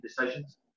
decisions